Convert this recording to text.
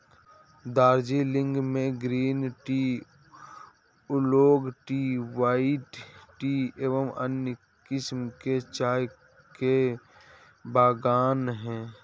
दार्जिलिंग में green tea, oolong tea, white tea एवं अन्य किस्म के चाय के बागान हैं